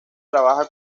trabaja